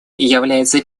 является